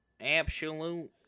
absolute